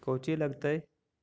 कौची लगतय?